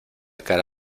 cara